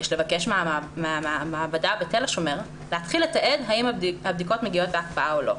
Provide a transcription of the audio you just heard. יש לבקש מהמעבדה בתל השומר להתחיל לתעד אם הבדיקות מגיעות בהקפאה או לא,